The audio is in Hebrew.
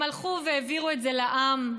הם הלכו והעבירו את זה לעם,